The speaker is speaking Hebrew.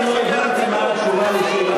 אני עדיין לא הבנתי מה התשובה על